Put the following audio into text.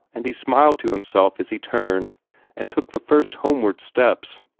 and he smiled to himself as he turned and took the first homeward steps.